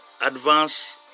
advance